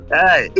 hey